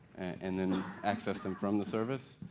and then access them from the service.